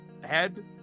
head